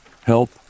help